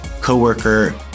coworker